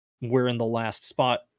we're-in-the-last-spot